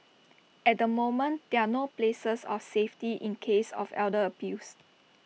at the moment there are no places of safety in cases of elder abuse